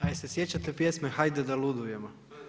A jel' se sjećate pjesme „Hajde da ludujemo“